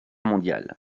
mondiale